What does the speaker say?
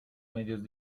medios